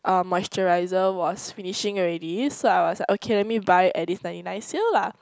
uh moisture was finishing already so I was like okay let me buy at this ninety nine sale lah